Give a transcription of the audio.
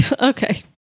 Okay